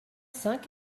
cinq